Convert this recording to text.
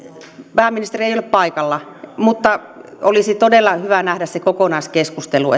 pääministeri ei ole paikalla mutta olisi todella hyvä nähdä se kokonaiskeskustelu